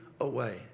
away